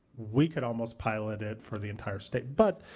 we could almost pilot it for the entire state. but,